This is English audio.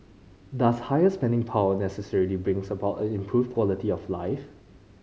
does higher spending power necessarily bring about an improved quality of life